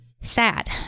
SAD